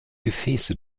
gefäße